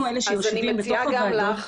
אנחנו אלה שיושבים בתוך הוועדות,